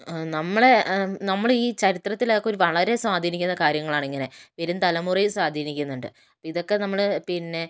നമ്മളെ നമ്മൾ ഈ ചരിത്രത്തിൽ അതൊക്കെ ഒരു വളരെ സ്വാധീനിക്കുന്ന കാര്യങ്ങളാണ് ഇങ്ങനെ വരും തലമുറയെയും സ്വാധീനിക്കുന്നുണ്ട് അപ്പം ഇതൊക്കെ നമ്മൾ പിന്നെ